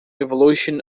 evolution